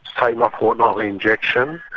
take my fortnightly injection,